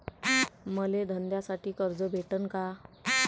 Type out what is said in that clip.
मले धंद्यासाठी कर्ज भेटन का?